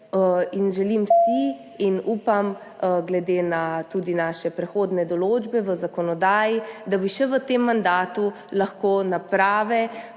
Želim si in upam, tudi glede na naše prehodne določbe v zakonodaji, da bi še v tem mandatu lahko naprave